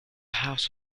house